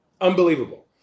Unbelievable